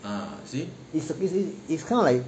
it's it's it's kind of like